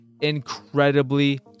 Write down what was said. incredibly